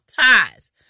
ties